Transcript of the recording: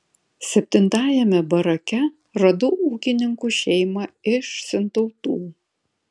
septintajame barake radau ūkininkų šeimą iš sintautų